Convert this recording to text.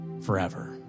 Forever